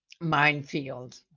minefield